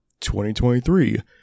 2023